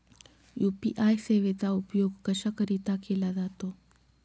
UPI सेवेचा उपयोग कशाकरीता केला जातो?